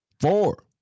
four